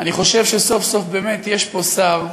אני חושב שסוף-סוף באמת יש פה שר,